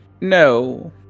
No